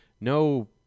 No